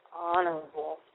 honorable